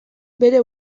bere